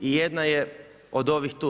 I jedna je od ovih tu.